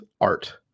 art